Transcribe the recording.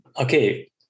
Okay